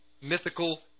mythical